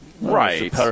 Right